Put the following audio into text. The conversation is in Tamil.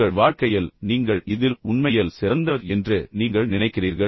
உங்கள் வாழ்க்கையில் நீங்கள் இதில் உண்மையில் சிறந்தவர் என்று நீங்கள் நினைக்கிறீர்கள்